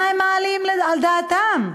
מה הם מעלים על דעתם?